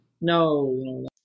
No